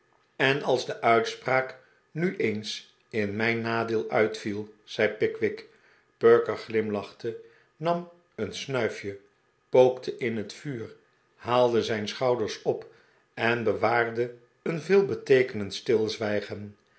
en als de uitspraak nu eens in mijn nadeel uitviel zei pickwick perker glimlachte nam een snuif je pookte in het vuur haalde zijn schouders op en bewaarde een veelbeteekenend stilzwijgen